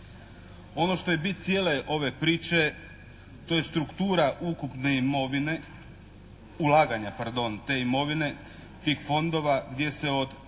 Ono što je bit cijele ove priče to je struktura ukupne imovine, ulaganja pardon, te imovine tih fondova gdje se od